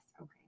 Okay